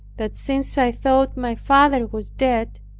that since i thought my father was dead,